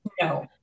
No